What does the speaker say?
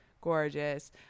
Gorgeous